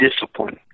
discipline